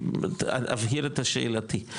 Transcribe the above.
תיכף אבהיר את שאלתי,